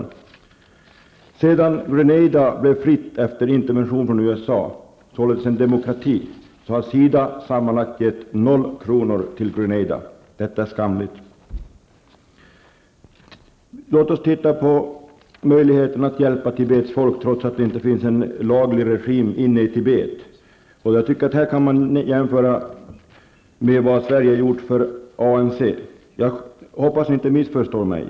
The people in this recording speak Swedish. USA -- från en demokrati således -- har SIDA sammanlagt gett noll kronor till Grenada. Detta är skamligt. Låt oss titta på möjligheten att hjälpa Tibets folk trots att det inte finns någon laglig regim inne i Tibet. Här kan man jämföra med vad Sverige gjort för ANC. Missförstå mig inte.